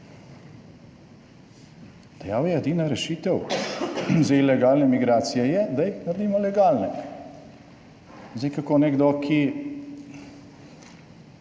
Dejal je, edina rešitev za ilegalne migracije je, da jih naredimo legalne. Zdaj, kako nekdo, ki